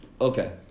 Okay